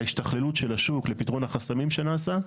להשתכללות של השוק, לפתרון החסמים שנעשה.